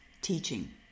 teaching